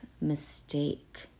mistake